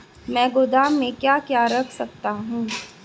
मैं गोदाम में क्या क्या रख सकता हूँ?